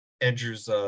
Andrew's